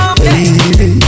baby